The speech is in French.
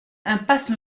impasse